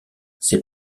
ces